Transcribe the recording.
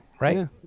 right